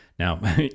Now